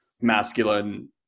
masculine